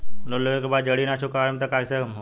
Loan लेवे के बाद जड़ी ना चुका पाएं तब के केसमे का होई?